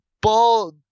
ball